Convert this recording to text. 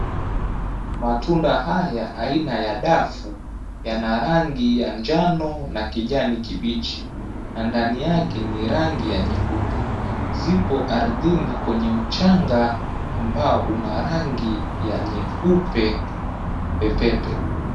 Matunda haya aina ya dafu yana rangi ya njano na kijani kibichi na ndani yake ni rangi ya nyeupe. Ziko ardhini kwenye mchanga ambao una rangi wa nyeupe pepepe.